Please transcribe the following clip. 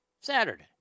Saturday